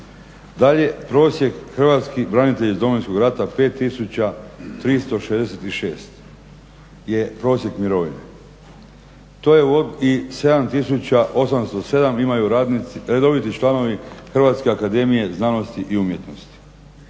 Dalje, prosjek hrvatskih branitelja iz Domovinskog rata 5366 je prosjek mirovine i 7807 imaju radnici, imaju redoviti članovi Hrvatske akademije znanosti i umjetnosti.